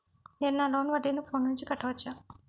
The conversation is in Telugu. నేను నా లోన్ వడ్డీని ఫోన్ నుంచి కట్టవచ్చా?